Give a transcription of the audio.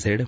Z